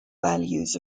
values